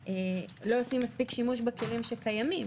גם לא עושים מספיק שימוש בכלים הקיימים